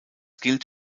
gilt